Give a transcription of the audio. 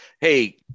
hey